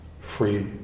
free